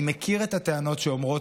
אני מכיר את הטענות שאומרות: